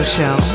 Show